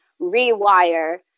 rewire